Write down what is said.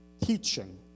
teaching